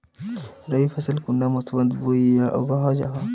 रवि फसल कुंडा मोसमोत बोई या उगाहा जाहा?